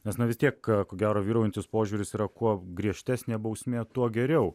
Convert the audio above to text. nes na vis tiek ko gero vyraujantis požiūris yra kuo griežtesnė bausmė tuo geriau